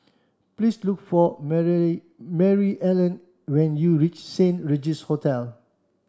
please look for Mary Maryellen when you reach Saint Regis Hotel